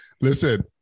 Listen